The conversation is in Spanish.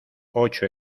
ocho